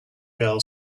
girl